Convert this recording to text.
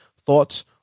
thoughts